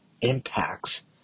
impacts